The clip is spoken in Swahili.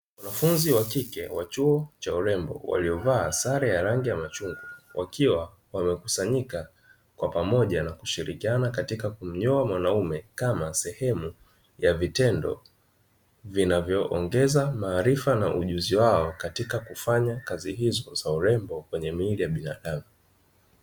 Wanafunzi wa kike wa chuo cha urembo, waliovaa sare ya rangi ya machungwa, wakiwa wamekusanyika kwa pamoja na kushirikiana katika kumnyoa mwanaume kama sehemu ya vitendo vinavyoongeza maarifa na ujuzi wao, katika kufanya kazi hizo za urembo katika miili ya binadamu.